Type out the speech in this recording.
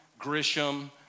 Grisham